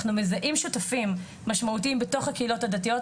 אנחנו מזהים שותפים משמעותיים בתוך הקהילות הדתיות,